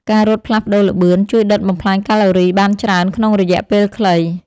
ការរត់ផ្លាស់ប្តូរល្បឿន ជួយដុតបំផ្លាញកាឡូរីបានច្រើនក្នុងរយៈពេលខ្លី។